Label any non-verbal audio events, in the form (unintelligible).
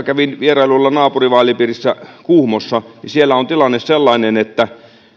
(unintelligible) kävin vierailulla naapurivaalipiirissä kuhmossa ja siellä on tilanne sellainen että